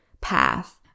path